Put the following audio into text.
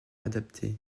adaptées